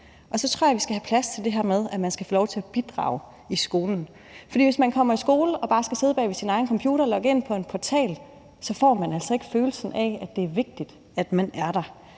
Og så tror jeg, at vi skal have plads til det her med, at man skal have lov til at bidrage i skolen. For hvis man kommer i skole og bare skal sidde bag ved sin egen computer og logge ind på en portal, får man altså ikke følelsen af, at det er vigtigt, at man er der.